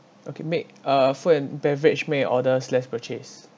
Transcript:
okay make a food and beverage make an order slash purchase